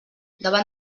davant